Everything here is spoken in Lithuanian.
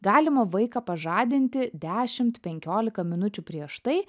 galima vaiką pažadinti dešimt penkiolika minučių prieš tai